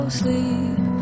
sleep